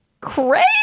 crazy